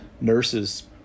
nurses